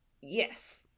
Yes